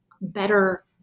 better